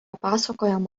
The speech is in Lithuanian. pasakojama